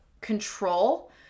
control